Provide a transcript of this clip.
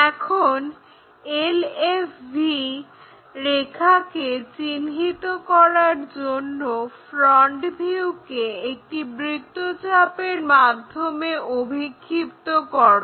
এখন LFV রেখাকে চিহ্নিত করার জন্য ফ্রন্ট ভিউকে একটি বৃত্তচাপের মাধ্যমে অভিক্ষিপ্ত করো